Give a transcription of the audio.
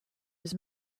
his